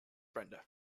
brenda